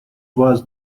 was